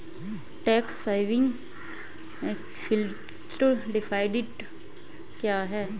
Tax saving fixed deposit क्या है?